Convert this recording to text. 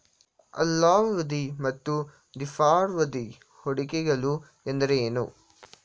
ಅಲ್ಪಾವಧಿ ಮತ್ತು ದೀರ್ಘಾವಧಿ ಹೂಡಿಕೆಗಳು ಎಂದರೇನು?